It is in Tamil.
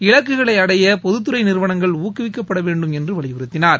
இலக்குகளை அடைய பொதுத் துறை நிறுவனங்கள் ஊக்குவிக்கப்பட வேண்டும் என்று வலியுறுத்தினார்